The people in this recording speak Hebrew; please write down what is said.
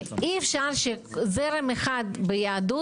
אי אפשר שזרם אחד ביהדות,